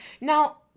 Now